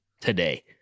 today